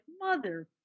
Mother